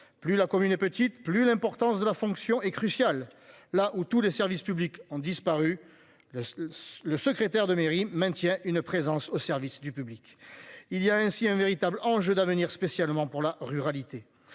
plus la commune est petite, plus l'importance de la fonction est cruciale, là où tous les services publics ont disparu. Le secrétaire de mairie maintient une présence au service du public. Il y a ainsi un véritable enjeu d'avenir spécialement pour la ruralité.